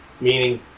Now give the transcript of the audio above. Meaning